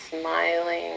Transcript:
Smiling